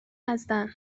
هستن